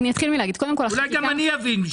אולי גם אני אבין.